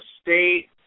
State